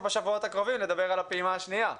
בשבועות הקרובים לדבר פה על הפעימה השנייה.